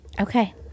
Okay